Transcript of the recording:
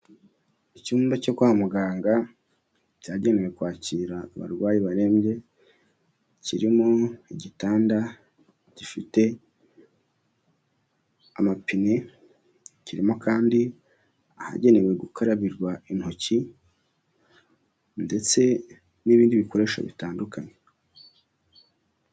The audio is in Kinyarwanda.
Icyumba cyo kwa muganga cyagenewe kwakira abarwayi barembye, kirimo igitanda gifite amapine, kirimo kandi ahagenewe gukarabirwa intoki ndetse n'ibindi bikoresho bitandukanye.